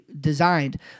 designed